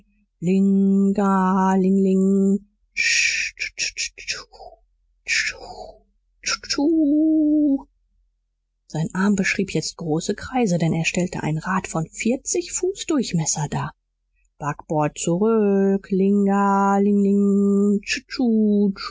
sein arm beschrieb jetzt große kreise denn er stellte ein rad von fuß durchmesser dar backbord zurück